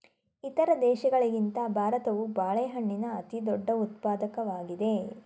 ಇತರ ದೇಶಗಳಿಗಿಂತ ಭಾರತವು ಬಾಳೆಹಣ್ಣಿನ ಅತಿದೊಡ್ಡ ಉತ್ಪಾದಕವಾಗಿದೆ